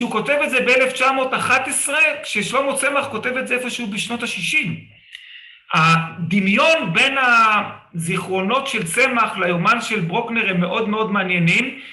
‫הוא כותב את זה ב-1911, ‫כששלמה צמח כותב את זה ‫איפשהו בשנות ה-60. ‫הדמיון בין הזיכרונות של צמח ‫ליומן של ברוקנר הם מאוד מאוד מעניינים.